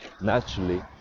naturally